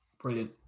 brilliant